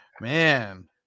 man